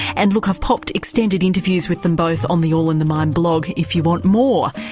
and look, i've popped extended interviews with them both on the all in the mind blog if you want more.